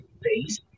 base